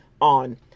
on